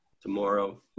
tomorrow